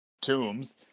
tombs